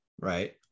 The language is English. right